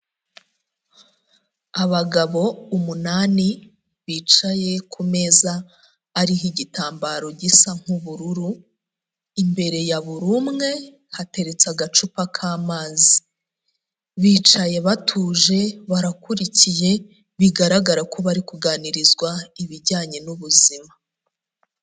Abagabo umunani bicaye ku meza ariho igitambaro gisa nk'ubururu, imbere ya buri umwe hateretse agacupa k'amazi, bicaye batuje barakurikiye, bigaragara ko bari kuganirizwa ibijyanye n'ubuzima.